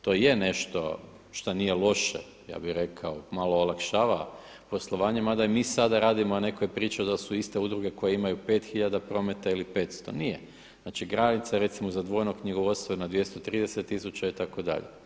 To je nešto što nije loše, ja bih rekao, malo olakšava poslovanje mada i mi sada radimo, netko je pričao da su iste udruge koje imaju 5 hiljada prometa ili 500, nije, znači granica recimo za dvojno knjigovodstvo je na 230 tisuća itd.